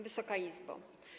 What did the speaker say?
Wysoka Izbo!